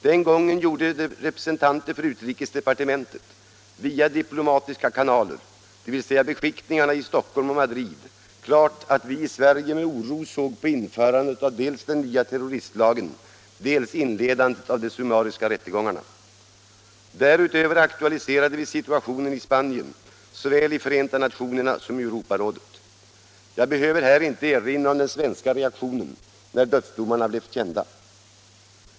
Den gången gjorde representanter för utrikesdepartementet via diplomatiska kanaler — dvs. beskickningarna i Stockholm och Madrid — klart, att vi i Sverige med oro såg på dels införandet av den nya terroristlagen, dels inledandet av de summariska rättegångarna. Därutöver aktualiserade vi situationen i Spanien såväl i Förenta nationerna som i Europarådet. Jag behöver här inte erinra om den svenska reaktionen när dödsdomarna blev kända.